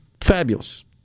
fabulous